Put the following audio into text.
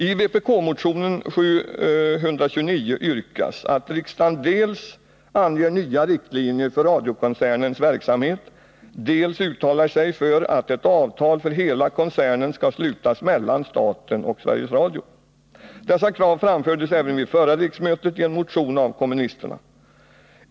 I vpk-motionen 729 yrkas att riksdagen dels anger nya riktlinjer för radiokoncernens verksamhet, dels uttalar sig för att ett avtal för hela koncernen skall slutas mellan staten och Sveriges Radio. Dessa krav framfördes även vid förra riksmötet i en motion av kommunisterna.